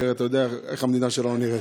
אחרת אתה יודע איך המדינה שלנו נראית.